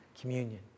communion